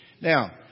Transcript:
Now